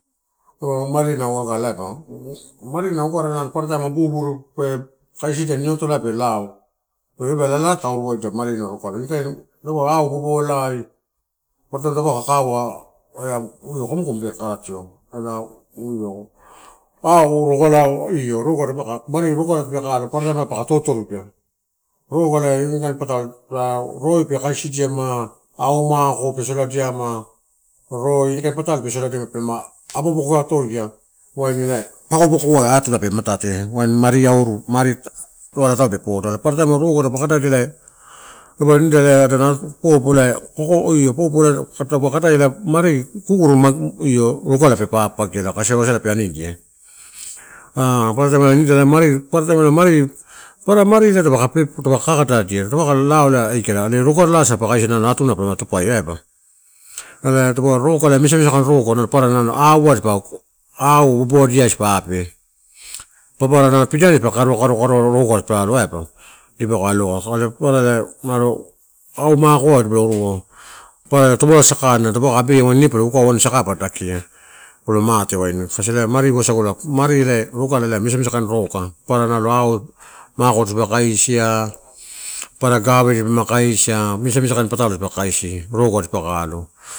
Mariena rogula uaba, mariena rogala alo paparataim buburu pe kaisidia niotolai pe lao. Pe irudia ela laa ta iruwaida mari ena rogula. Ini kain pe au boboalai, paparataim taupe ka kara ela kokomu pe karatio io aurogau io mari rogala ta peka alo paparataim pak totoridia. Roga elai inikain patalo roi pe kaisidia au mako pe soladiama roi a patalo pe soladiama pelama aboaboko toria, waini ela. Papakoai tuna pe matate, mari auru marotoala taulo e podo paparataim roga taupe kadaia dapaua nida adana popoko elai popo taupe kadaia elai mari kuru ogara pe papagiela kasi wasala pe anidia. paparataim nida ela mari, paparataim mari lai papara mari ela pokakadadia taupe palo lao elai aikala are rogalasa pe kaisia atuna pelo tupaia aiba. Ela tapuroga ela misamisa kain roga, papara au ko auboboa diaisa dipa be. Papara pidani dipa o karoa-karoa-karoa lago roga dipa alo aiba aka dipaukai alo. Are papara umano au makoai papara torola sakai taupe kai abeia ela wain ine palo ukau wain saka pa dakia palo mate waini kasi elai mari rogala ela misamisa roga papara nalo au, mako dipa kaisia, papara gave dipa ama kaisia, misamisa kain patalo dipa kaisi rogo dipaka alo.